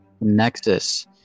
Nexus